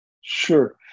Sure